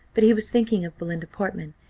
but he was thinking of belinda portman,